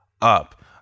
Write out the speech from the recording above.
up